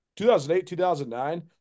2008-2009